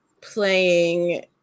playing